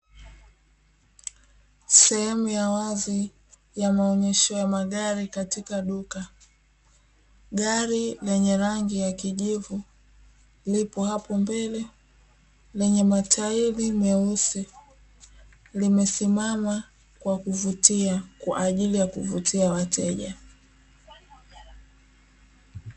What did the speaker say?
Sehemu ya wazi ya maonyesho ya magari katika duka, gari lenye rangi ya kijivu lipo hapo mbele lenye matairi meusi limesimama kwa kuvutia kwa ajili ya kuvutia wateja.